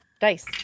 dice